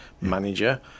manager